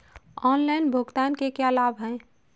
Online भुगतान के क्या लाभ हैं?